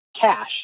cash